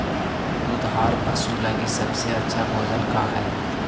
दुधार पशु लगीं सबसे अच्छा भोजन का हई?